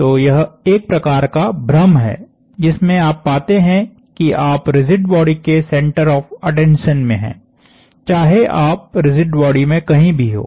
तो यह एक प्रकार का भ्रम है जिसमे आप पाते हैं कि आप रिजिड बॉडी के सेंटर ऑफ़ अटेंशन में हैं चाहे आप रिजिड बॉडी में कहीं भी हों